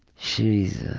she's ah.